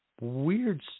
weird